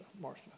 Martha